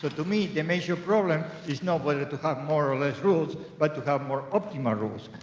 but to me, the major problem is not whether to to have more or less rules, but to have more optimal rules.